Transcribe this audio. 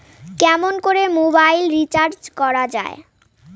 কেমন করে mobile recharge করা য়ায়?